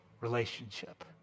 relationship